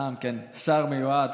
גם שר מיועד,